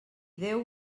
déu